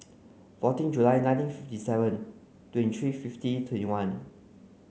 fourteen July nineteen fifty seven twenty three fifty twenty one